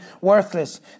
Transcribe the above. worthless